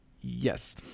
Yes